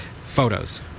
photos